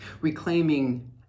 reclaiming